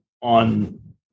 on